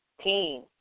team